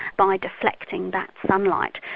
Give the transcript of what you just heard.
by deflecting back sunlight.